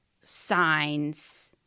signs